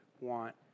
want